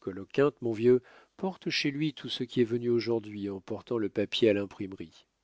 coloquinte mon vieux porte chez lui tout ce qui est venu aujourd'hui en portant le papier à l'imprimerie